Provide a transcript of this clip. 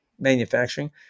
manufacturing